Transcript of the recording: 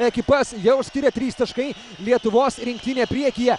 ekipas jau skiria trys taškai lietuvos rinktinė priekyje